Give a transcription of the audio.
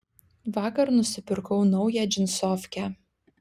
vakar nusipirkau naują džinsofkę